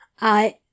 I